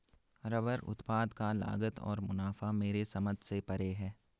rubber उत्पाद का लागत और मुनाफा मेरे समझ से परे है